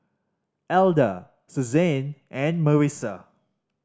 Alda Suzanne and Marisa